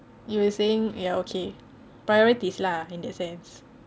you were saying ya okay priorities lah in that sense